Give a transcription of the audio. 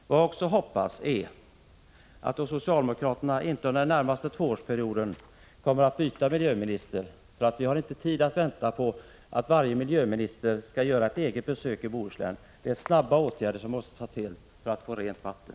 Vad jag också hoppas är att socialdemokraterna inte under den närmaste tvåårsperioden kommer att byta miljöminister, eftersom vi inte har tid att vänta på att varje miljöminister skall göra ett eget besök i Bohuslän. Det är snabba åtgärder som måste tas till för att få rent vatten.